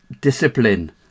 discipline